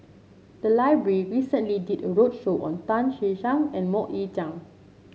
the library recently did a roadshow on Tan Che Sang and MoK Ying Jang